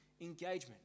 engagement